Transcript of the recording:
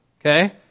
okay